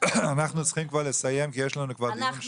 אנחנו צריכים כבר לסיים כי יש לנו כבר דיון שני.